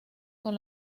con